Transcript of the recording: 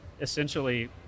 essentially